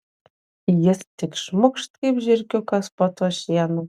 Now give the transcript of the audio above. jis tik šmukšt kaip žiurkiukas po tuo šienu